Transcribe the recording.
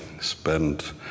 spent